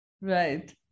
Right